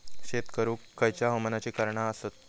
शेत करुक खयच्या हवामानाची कारणा आसत?